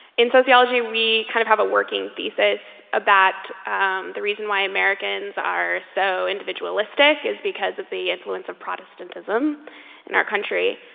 in sociology we kind of have a working thesis about the reason why americans are so individualistic is because of the influence of protestantism in our country.